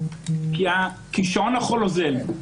כי שעון החול אוזל.